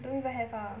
don't even have ah